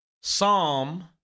Psalm